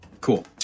cool